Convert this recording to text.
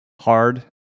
Hard